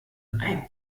eingehen